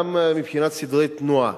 גם מבחינת סדרי תנועה.